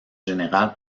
général